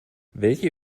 welche